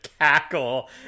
cackle